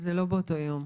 זה לא רק באותו יום.